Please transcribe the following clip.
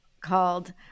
called